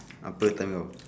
apa time kau